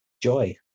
Joy